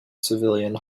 civilian